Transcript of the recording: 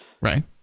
Right